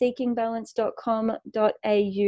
seekingbalance.com.au